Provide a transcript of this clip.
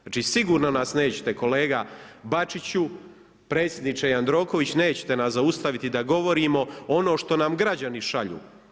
Znači sigurno nas nećete kolega Bačiću, predsjedniče Jandroković nećete nas zaustaviti da govorimo ono što nam građani šalju.